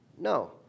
No